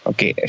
Okay